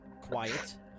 quiet